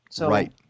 Right